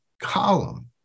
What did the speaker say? column